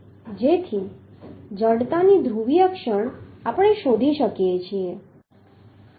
તેથી જડતાની ધ્રુવીય ક્ષણ આપણે શોધી શકીએ છીએ